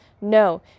no